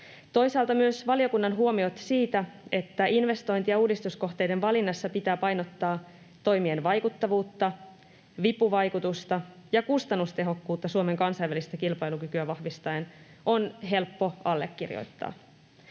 Toisaalta myös valiokunnan huomiot siitä, että investointi- ja uudistuskohteiden valinnassa pitää painottaa toimien vaikuttavuutta, vipuvaikutusta ja kustannustehokkuutta Suomen kansainvälistä kilpailukykyä vahvistaen, on helppo allekirjoittaa.